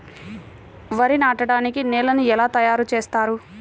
వరి నాటడానికి నేలను ఎలా తయారు చేస్తారు?